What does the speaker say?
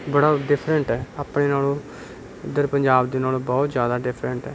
ਬੜਾ ਉਹ ਡਿਫਰੈਂਟ ਹੈ ਆਪਣੇ ਨਾਲੋਂ ਇੱਧਰ ਪੰਜਾਬ ਦੇ ਨਾਲੋਂ ਬਹੁਤ ਜ਼ਿਆਦਾ ਡਿਫਰੈਂਟ ਹੈ